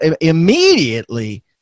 immediately